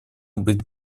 быть